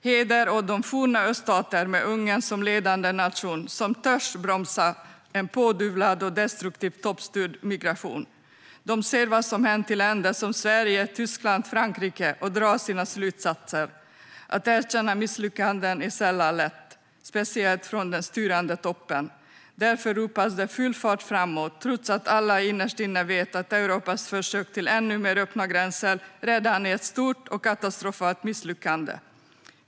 Heder åt de forna öststater med Ungern som ledande nation som törs bromsa en pådyvlad och destruktiv toppstyrd migration. De ser vad som har hänt i länder som Sverige, Tyskland och Frankrike och drar sina slutsatser. Att erkänna misslyckanden är sällan lätt, speciellt från den styrande toppen. Därför ropas det full fart framåt, trots att alla innerst inne vet att Europas försök till ännu mer öppna gränser redan är ett stort och katastrofalt misslyckande.